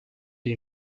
die